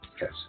Yes